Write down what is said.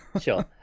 Sure